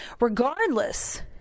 Regardless